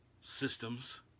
systems